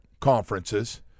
conferences